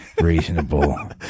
reasonable